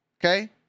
Okay